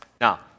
Now